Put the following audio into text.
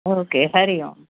okay Hari Om